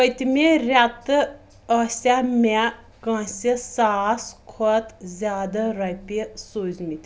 پٔتمہِ رٮ۪تہٕ ٲسیا مےٚ کٲنٛسہِ ساس کھۄتہٕ زِیٛادٕ رۄپیہِ سوٗزمٕتۍ